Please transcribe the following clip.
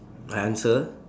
I answer